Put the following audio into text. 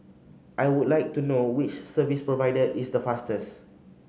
I would like to know which service provider is the fastest